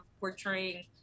portraying